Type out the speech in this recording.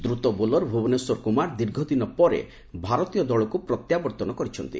ଦ୍ରୁତ ବୋଲର ଭୁବନେଶ୍ୱର କୁମାର ଦୀର୍ଘଦିନ ପରେ ଭାରତୀୟ ଦଳକୁ ପ୍ରତ୍ୟାବର୍ତ୍ତନ କରିଛନ୍ତି